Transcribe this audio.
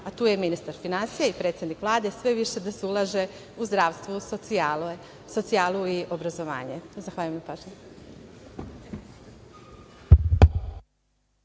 a tu je ministar finansija i predsednik Vlade, sve više da se ulaže u zdravstvo, socijalu i obrazovanje. Zahvaljujem na pažnji.